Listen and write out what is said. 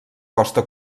costa